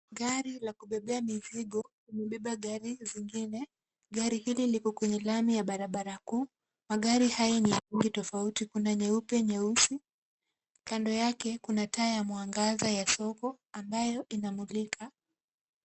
Gari la kubebea mizigo, limebeba gari zingine. Gari hili liko kwenye lami ya barabara kuu. Magari haya ni ya rangi tofauti, kuna nyeupe, nyeusi. Kando yake kuna taa ya mwangaza ya soko ambayo inamulika.